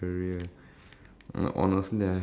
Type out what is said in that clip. job as